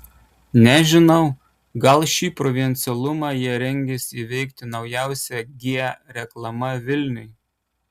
nežinau gal šį provincialumą jie rengiasi įveikti naujausia g reklama vilniui